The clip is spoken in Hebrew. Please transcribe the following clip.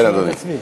כן, אדוני.